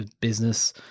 business